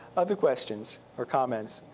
other questions or comments?